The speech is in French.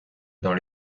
dans